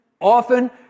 often